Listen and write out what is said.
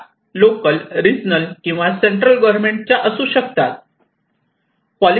त्या local regional किंवा central government च्या असू शकतात